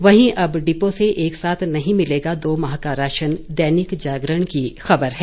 वहीं अब डिपो से एक साथ नहीं मिलेगा दो माह का राशन दैनिक जागरण की खबर है